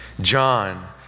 John